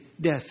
death